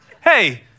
Hey